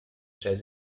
stellt